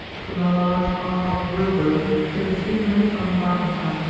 from a large half-decked whaleboat to a three-hundred-ton barkentine.